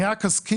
אני רק אזכיר,